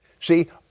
see